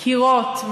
דקירות,